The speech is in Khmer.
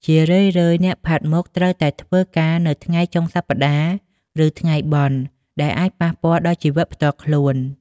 ជារឿយៗអ្នកផាត់មុខត្រូវតែធ្វើការនៅថ្ងៃចុងសប្តាហ៍ ឬថ្ងៃបុណ្យ ដែលអាចប៉ះពាល់ដល់ជីវិតផ្ទាល់ខ្លួន។